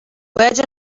باید